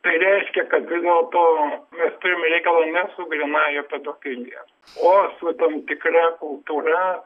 tai reiškia kad nuo to mes turime reikalą ne su galimąja pedofilija o su tam tikra kultūra